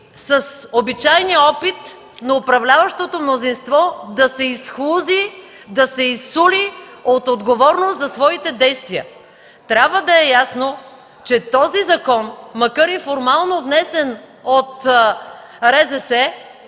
с обичайния опит на управляващото мнозинство да се изхлузи, да се изсули от отговорност за своите действия! Трябва да е ясно, че този закон, макар и формално внесен от РЗС,